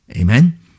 Amen